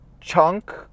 chunk